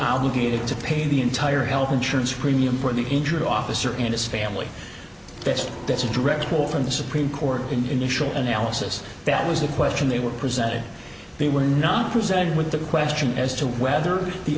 obligated to pay the entire health insurance premium for the injured officer in his family that that's a direct quote from the supreme court initial analysis that was the question they were presented they were not presented with the question as to whether the